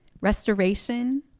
restoration